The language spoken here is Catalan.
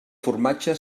formatge